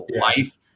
life